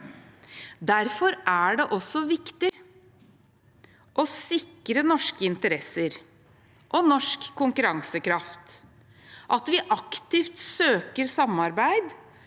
Derfor er det også viktig for å sikre norske interesser og norsk konkurransekraft at vi aktivt søker samarbeid